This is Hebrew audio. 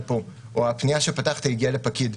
או הפנייה שפתחת הגיעה לפקיד,